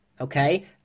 okay